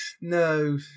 No